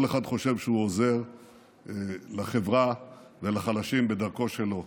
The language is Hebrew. כל אחד חושב שהוא עוזר לחברה ולחלשים בדרכו שלו,